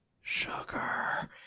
Sugar